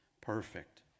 perfect